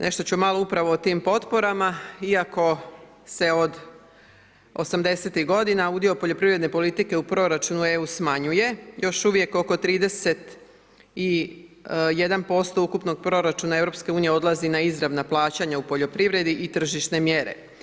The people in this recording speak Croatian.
Nešto ću malo upravo o tim potporama iako se od 80-tih godina udio poljoprivredne politike u proračunu EU smanjuje, još uvijek oko 31% ukupnog proračuna EU-a odlazi na izravna plaćanja u poljoprivredi i tržišne mjere.